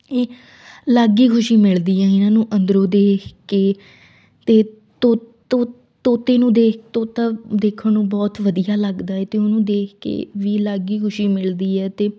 ਇਹ ਅਲੱਗ ਹੀ ਖੁਸ਼ੀ ਮਿਲਦੀ ਹੈ ਇਹਨਾਂ ਨੂੰ ਅੰਦਰੋਂ ਦੇਖ ਕੇ ਅਤੇ ਤੋ ਤੋ ਤੋਤੇ ਨੂੰ ਦੇਖ ਤੋਤਾ ਦੇਖਣ ਨੂੰ ਬਹੁਤ ਵਧੀਆ ਲੱਗਦਾ ਹੈ ਅਤੇ ਉਹਨੂੰ ਦੇਖ ਕੇ ਵੀ ਅਲੱਗ ਹੀ ਖੁਸ਼ੀ ਮਿਲਦੀ ਹੈ ਅਤੇ